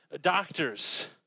doctors